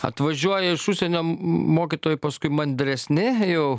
atvažiuoja iš užsienio mokytojai paskui mandresni jau